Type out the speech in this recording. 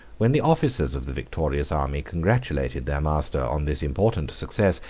when the officers of the victorious army congratulated their master on this important success,